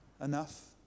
enough